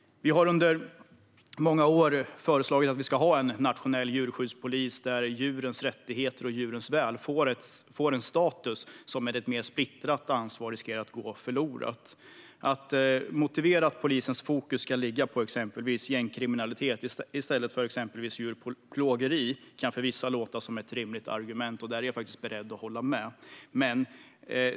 Vi har under många år föreslagit att vi ska ha en nationell djurskyddspolis där djurens rättigheter och djurens väl får en status som med ett mer splittrat ansvar riskerar att gå förlorad. Att motivera att polisens fokus ska ligga på exempelvis gängkriminalitet i stället för exempelvis djurplågeri kan för vissa låta som ett rimligt argument, och det är jag faktiskt beredd att hålla med om.